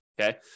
okay